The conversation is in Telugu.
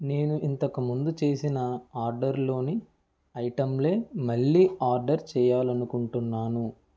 నేను ఇంతకుముందు చేసిన ఆర్డర్లో ఐటంలే మళ్ళీ ఆర్డర్ చేయాలనుకుంటున్నాను